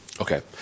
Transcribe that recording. Okay